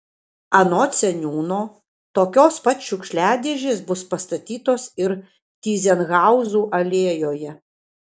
anot seniūno tokios pat šiukšliadėžės bus pastatytos ir tyzenhauzų alėjoje